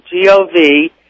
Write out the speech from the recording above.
G-O-V